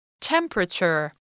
Temperature